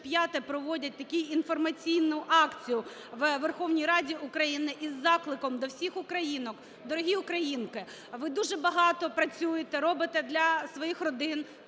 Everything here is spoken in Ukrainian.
проводять таку інформаційну акцію у Верховній Раді України із закликом до всіх українок. Дорогі українки, ви дуже багато працюєте, робите для своїх родин,